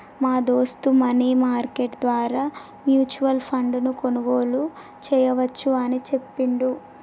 మా దోస్త్ money market ద్వారా మ్యూచువల్ ఫండ్ ను కొనుగోలు చేయవచ్చు అని చెప్పిండు